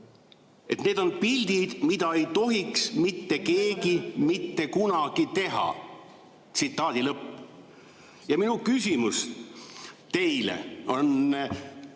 et need on pildid, "mida ei tohiks mitte keegi mitte kunagi teha". Tsitaadi lõpp. Minu küsimus teile on: